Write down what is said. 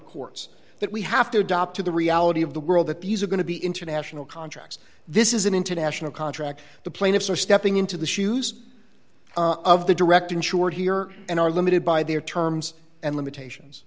that we have to adopt to the reality of the world that these are going to be international contracts this is an international contract the plaintiffs are stepping into the shoes of the director insured here and are limited by their terms and limitations